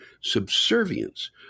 subservience